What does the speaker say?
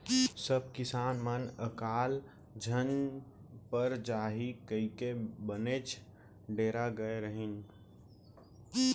सब किसान मन अकाल झन पर जाही कइके बनेच डेरा गय रहिन हें